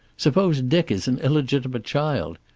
suppose dick is an illegitimate child?